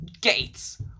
Gates